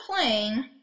playing